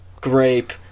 grape